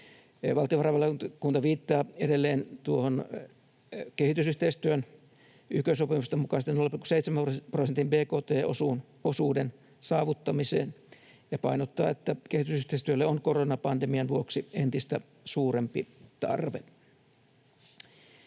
Valtiovarainvaliokunta viittaa edelleen kehitysyhteistyön YK-sopimusten mukaisen 0,7 prosentin bkt-osuuden saavuttamiseen ja painottaa, että kehitysyhteistyölle on koronapandemian vuoksi entistä suurempi tarve.